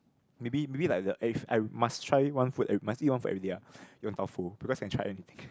maybe maybe like the I must try one food must eat one food everyday ah Yong-Tau-Foo because can try anything ppo